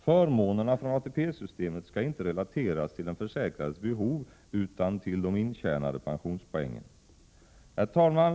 Förmånerna från ATP-systemet 2 skall inte relateras till den försäkrades behov utan till de intjänade pensionspoängen. Herr talman!